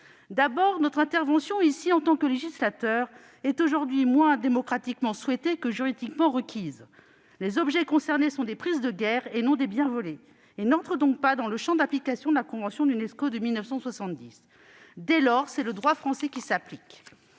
fait que notre intervention ici, en tant que législateurs, est aujourd'hui moins démocratiquement souhaitée que juridiquement requise. Les objets concernés sont des prises de guerre, non des biens volés. Ils n'entrent donc pas dans le champ d'application de la convention de l'Unesco de 1970. Dès lors, c'est le droit français qui s'applique.